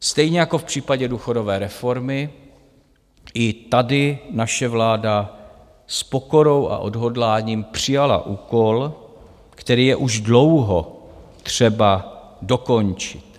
Stejně jako v případě důchodové reformy i tady naše vláda s pokorou a odhodláním přijala úkol, který je už dlouho třeba dokončit.